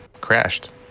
crashed